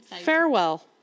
farewell